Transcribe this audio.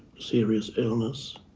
serious illness